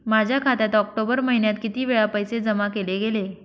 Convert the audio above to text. माझ्या खात्यात ऑक्टोबर महिन्यात किती वेळा पैसे जमा केले गेले?